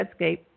RedScape